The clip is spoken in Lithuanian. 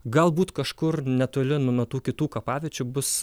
galbūt kažkur netoli nuo nuo tų kitų kapaviečių bus